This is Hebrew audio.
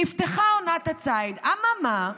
נפתחה עונת הציד, אממה?